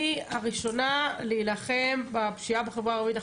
ואני הראשונה להילחם בפשיעה בחברה הערבית,